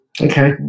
Okay